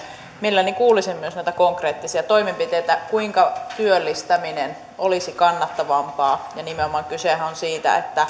mielelläni kuulisin myös noita konkreettisia toimenpiteitä kuinka työllistäminen olisi kannattavampaa kysehän on nimenomaan siitä että